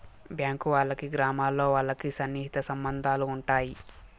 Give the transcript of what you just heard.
bank వాళ్ళకి గ్రామాల్లో వాళ్ళకి సన్నిహిత సంబంధాలు ఉంటాయి